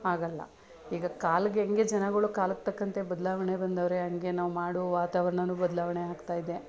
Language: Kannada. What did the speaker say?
ಆಗೋಲ್ಲ ಈಗ ಕಾಲಕ್ಕೆ ಹೆಂಗೆ ಜನಗಳು ಕಾಲಕ್ಕೆ ತಕ್ಕಂತೆ ಬದಲಾವಣೆ ಬಂದವರೆ ಹಂಗೆ ನಾವು ಮಾಡು ವಾತಾವರಣನೂ ಬದಲಾವಣೆ ಆಗ್ತಾಯಿದೆ